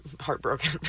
heartbroken